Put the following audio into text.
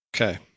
Okay